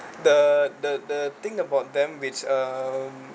the the the thing about them which um